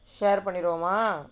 share பண்ணிக்குவோமா:pannikkuvomaa